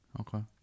Okay